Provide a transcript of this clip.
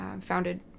founded